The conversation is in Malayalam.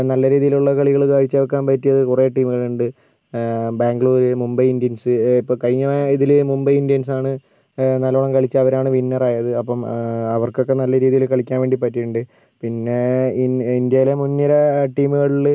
നല്ല രീതിയിലുള്ള കളികൾ കാഴ്ച വെക്കാൻ പറ്റിയത് കുറെ ടീമുകളുണ്ട് ബാംഗ്ലൂർ മുംബൈ ഇന്ത്യൻസ് ഇപ്പോൾ കഴിഞ്ഞുപോയ ഇതിൽ മുംബൈ ഇന്ത്യൻസ് ആണ് നല്ലോണം കളിച്ച് അവരാണ് വിന്നർ ആയത് അപ്പം അവർക്കൊക്കെ നല്ല രീതിയിൽ കളിക്കാൻ വേണ്ടി പറ്റിയിട്ടുണ്ട് പിന്നെ ഇൻ ഇന്ത്യയിലെ മുൻ നിര ടീമുകളിൽ